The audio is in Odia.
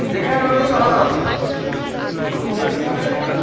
ଦେଖିଲା ବେଳକୁ ତ ହଁ ଆମ ଓଡ଼ିଶାରେ